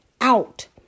out